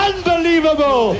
Unbelievable